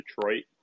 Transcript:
Detroit